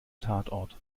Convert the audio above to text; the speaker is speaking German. tatort